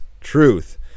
truth